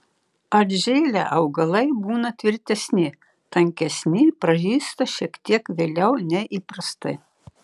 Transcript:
atžėlę augalai būna tvirtesni tankesni pražysta šiek tiek vėliau nei įprastai